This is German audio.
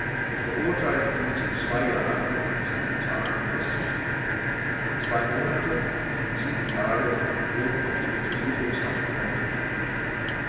und verurteilte ihn zu zwei jahren und sieben tagen festungshaft zwei monate und sieben tage wurden auf die untersuchungshaft angerechnet